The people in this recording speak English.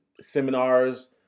seminars